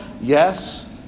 Yes